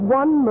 one